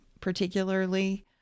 particularly